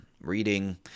Reading